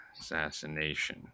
assassination